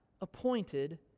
appointed